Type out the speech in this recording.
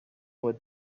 were